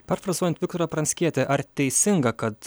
perfrazuojant viktorą pranckietį ar teisinga kad